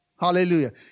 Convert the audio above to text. Hallelujah